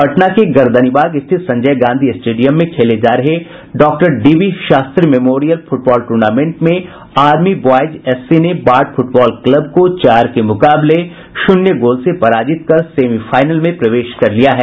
पटना के गर्दनीबाग स्थित संजय गांधी स्टेडियम में खेले जा रहे doctor D B Shastri memorial football tournament में आर्मी ब्यॉयज एससी ने बाढ़ फुटबॉल क्लब को चार के मुकाबले शून्य गोल से पराजित कर सेमीफाइनल में प्रवेश कर लिया है